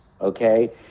okay